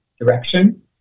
direction